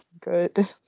good